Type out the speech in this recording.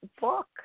book